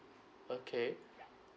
okay